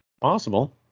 possible